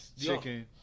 chicken